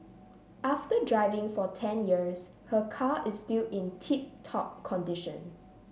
after driving for ten years her car is still in tip top condition